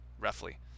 roughly